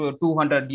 200